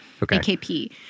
AKP